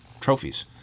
trophies